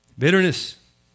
Bitterness